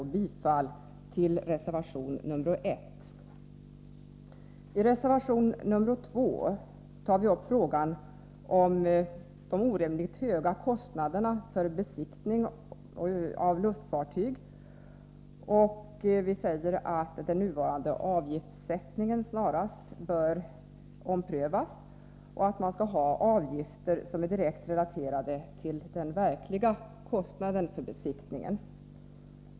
Jag yrkar bifall till reservation 1. I reservation 2 tar vi upp frågan om de orimligt höga kostnaderna för besiktning av luftfartyg. Vi säger att den nuvarande avgiftssättningen snarast bör omprövas och att man skall ha avgifter som är direkt relaterade till den verkliga kostnaden för besiktningen.